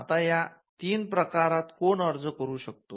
आता या तीन प्रकारात कोण अर्ज करू शकतो